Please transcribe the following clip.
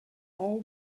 all